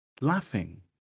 laughing